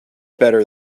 better